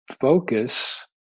focus